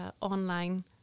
online